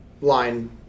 line